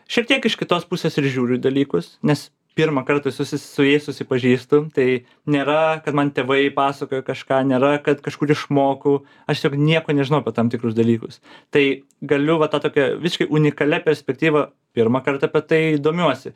šiek tiek iš kitos pusės ir žiūriu į dalykus nes pirmą kartą susi su jais susipažįstu tai nėra kad man tėvai pasakojo kažką nėra kad kažkur išmokau aš tiesiog nieko nežinau apie tam tikrus dalykus tai galiu va ta tokia visiškai unikalia perspektyva pirmą kartą apie tai domiuosi